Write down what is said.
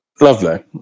lovely